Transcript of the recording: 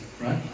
right